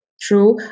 true